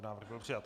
Návrh byl přijat.